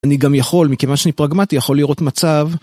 אני גם יכול, מכיוון שאני פרגמטי, יכול לראות מצב.